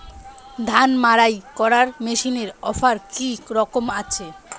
ধান মাড়াই করার মেশিনের অফার কী রকম আছে?